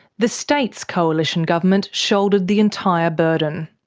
the state's coalition government shouldered the entire burden.